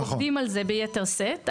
עובדים על זה ביתר שאת אגב.